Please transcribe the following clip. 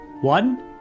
one